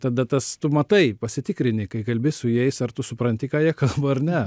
tada tas tu matai pasitikrini kai kalbi su jais ar tu supranti ką jie kalba ar ne